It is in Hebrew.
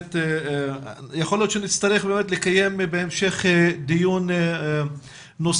יכול להיות שנצטרך בהמשך לקיים דיון נוסף